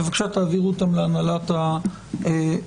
בבקשה תעבירו אותם להנהלת הוועדה,